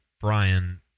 brian